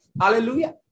Hallelujah